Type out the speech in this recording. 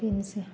बेनोसै